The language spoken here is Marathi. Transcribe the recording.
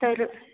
तर